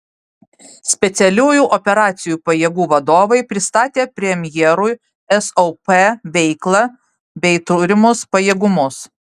specialiųjų operacijų pajėgų vadovai pristatė premjerui sop veiklą bei turimus pajėgumus